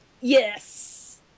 Yes